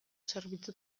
zerbitzu